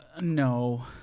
No